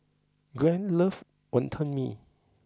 Glen loves Wonton Mee